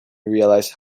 realize